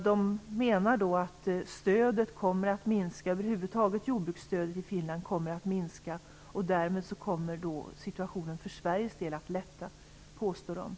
Man har då menat att jordbruksstödet i Finland allmänt kommer att minska och har påstått att situationen för Sveriges del därmed kommer att lätta.